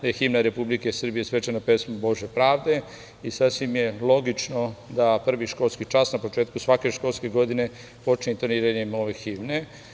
Da je himna Republike Srbije svečana pesma „Bože pravde“ i sasvim je logično da prvi školski čas na početku svake školske godine počne intoniranjem ove himne.